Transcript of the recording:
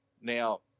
Now